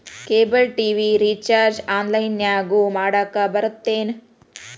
cable TV recharge ಆನ್ಲೈನ್ನ್ಯಾಗು ಮಾಡಕ ಬರತ್ತೇನು